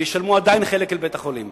ועדיין ישלמו חלק לבית-החולים,